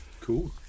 Cool